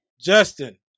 Justin